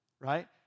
right